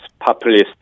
populist